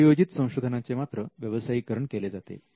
उपयोजित संशोधनांचे मात्र व्यवसायीकरण केले जाते